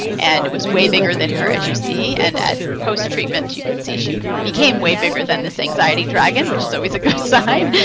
and it was way bigger than her, as you see. and at post-treatment, you could see she became way bigger than this anxiety dragon, which is always a good sign.